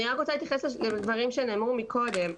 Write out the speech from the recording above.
אני רק רוצה להתייחס לדברים שנאמרו מקודם.